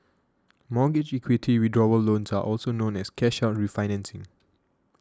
mortgage equity withdrawal loans are also known as cash out refinancing